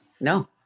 No